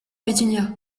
pétunia